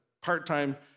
part-time